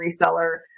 reseller